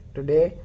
Today